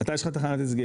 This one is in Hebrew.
אתה יש לך תחנת הסגר,